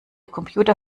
computer